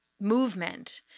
movement